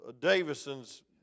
Davison's